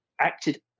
acted